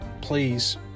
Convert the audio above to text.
please